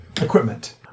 equipment